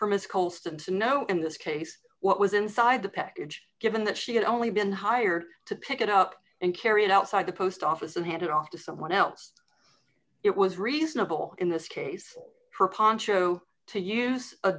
to know in this case what was inside the package given that she had only been hired to pick it up and carry it outside the post office and hand it off to someone else it was reasonable in this case for poncho to use a